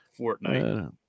Fortnite